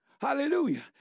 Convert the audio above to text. Hallelujah